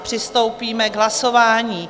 Přistoupíme k hlasování.